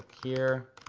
here.